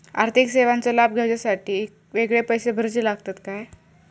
आर्थिक सेवेंचो लाभ घेवच्यासाठी वेगळे पैसे भरुचे लागतत काय?